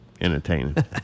entertaining